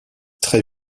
très